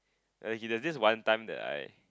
and he there's this one time that I